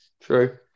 true